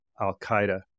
Al-Qaeda